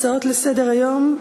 הצעות לסדר-היום.